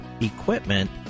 equipment